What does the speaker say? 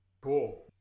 Cool